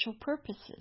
purposes